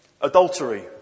Adultery